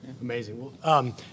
Amazing